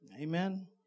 Amen